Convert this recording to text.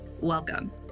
welcome